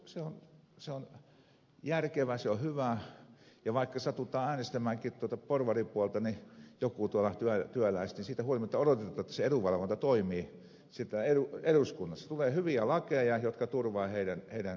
se on järkevä se on hyvä ja vaikka joku työläisistä sattuu äänestämäänkin porvaripuolta niin siitä huolimatta odotetaan että se edunvalvonta toimii että eduskunnasta tulee hyviä lakeja jotka turvaavat heidän asemaansa